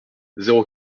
zéro